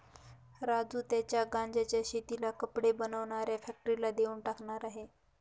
राजू त्याच्या गांज्याच्या शेतीला कपडे बनवणाऱ्या फॅक्टरीला देऊन टाकणार आहे